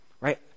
right